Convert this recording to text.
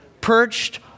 perched